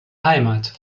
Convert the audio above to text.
heimat